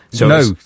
No